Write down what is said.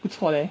不错 leh